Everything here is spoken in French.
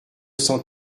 cent